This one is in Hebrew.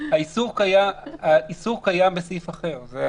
האיסור על קיום תפילה קיים בסעיף אחר.